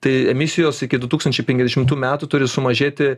tai emisijos iki du tūkstančiai penkiasdešimtų metų turi sumažėti